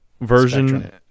version